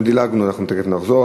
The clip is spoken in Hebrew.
2014, אנחנו דילגנו, תכף נחזור,